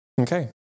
okay